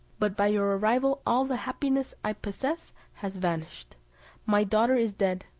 but by your arrival all the happiness i possessed has vanished my daughter is dead,